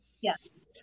Yes